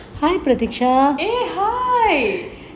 eh hi